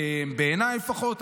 בעיניי לפחות.